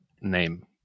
name